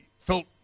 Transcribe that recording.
felt